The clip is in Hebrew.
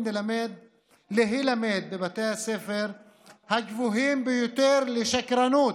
להילמד בבתי הספר הגבוהים ביותר לשקרנות.